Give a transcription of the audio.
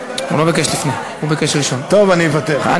ההצעה להעביר את